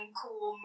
cool